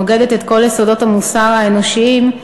הנוגדת את כל יסודות המוסר האנושיים,